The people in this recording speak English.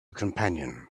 companion